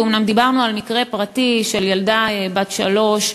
אומנם דיברנו על מקרה פרטי של ילדה בת שלוש,